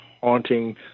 haunting